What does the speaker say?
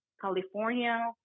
California